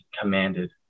commanded